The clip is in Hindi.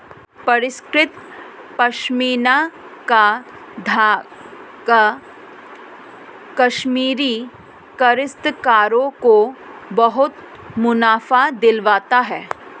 परिष्कृत पशमीना का धागा कश्मीरी काश्तकारों को बहुत मुनाफा दिलवाता है